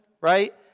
right